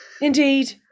Indeed